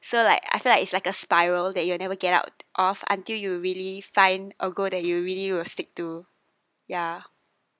so like I feel like it's like a spiral that you will never get out of until you really find a goal that you really will stick to ya